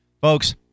Folks